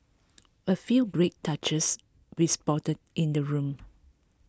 a few great touches we spotted in the room